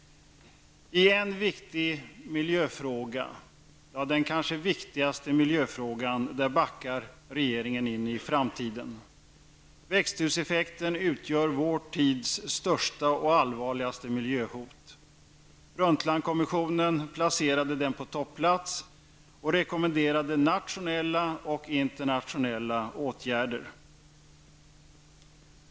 I en viktig miljöfråga -- kanske den viktigaste -- backar regeringen in i framtiden. Växthuseffekten utgör vår tids största och allvarligaste miljöhot. Brundtlandkommissionen placerade den på topplats och rekommenderade nationella och internationella åtgärder.